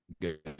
good